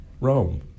Rome